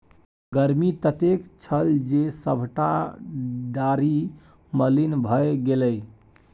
गर्मी ततेक छल जे सभटा डारि मलिन भए गेलै